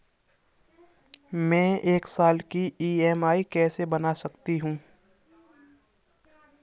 मैं एक साल की ई.एम.आई कैसे बना सकती हूँ?